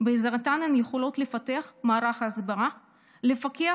שבעזרתן הן יכולות לפתח מערך הסברה ולפקח,